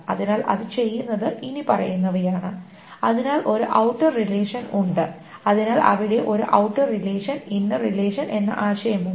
അതിനാൽ അത് ചെയ്യുന്നത് ഇനിപ്പറയുന്നവയാണ് അതിനാൽ ഒരു ഔട്ടർ റിലേഷൻ ഉണ്ട് അതിനാൽ അവിടെ ഒരു ഔട്ടർ റിലേഷൻ ഇന്നർ റിലേഷൻ എന്ന ആശയം ഉണ്ട്